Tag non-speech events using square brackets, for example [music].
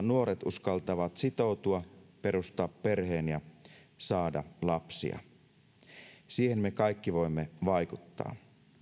[unintelligible] nuoret uskaltavat sitoutua perustaa perheen ja saada lapsia siihen me kaikki voimme vaikuttaa